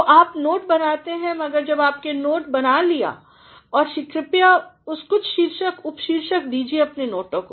तो आप नोट बनाते हैं मगर जब आपने नोट बना लिए कृपया कुछ शीर्षक औरउपशीर्षकदीजिए अपने नोटों को